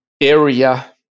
area